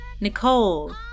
Nicole